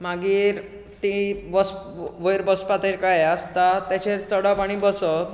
मागीर ती बस वयर बसपा तेका हें आसता तेजेर चडप आनी बसप